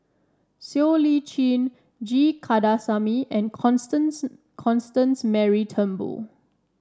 Siow Lee Chin G Kandasamy and Constance Constance Mary Turnbull